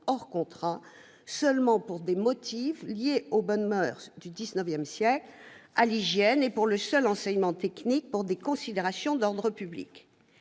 hors contrat seulement pour des motifs liés aux bonnes moeurs- du XIX siècle -et à l'hygiène et, pour le seul enseignement technique, pour des considérations d'ordre public.